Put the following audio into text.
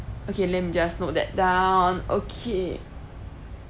okay let me just note that down okay